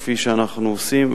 כפי שאנחנו עושים,